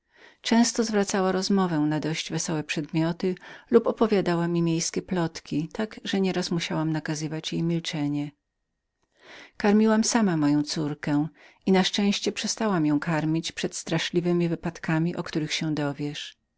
często zwracała rozmowę na dość wesołe przedmioty lub opowiadała mi miejskie plotki tak że nieraz musiałam nakazać jej milczenie karmiłam sama moją córkę i na szczęście odłączyłam ją przed strasznemi wypadkami o których się dowiesz